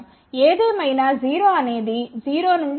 ఏదేమైనా 0 అనేది 0 నుండి 1